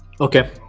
Okay